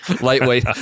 Lightweight